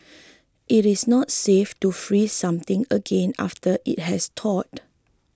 it is not safe to freeze something again after it has thawed